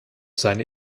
seine